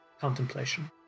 contemplation